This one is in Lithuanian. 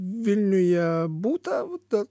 vilniuje būta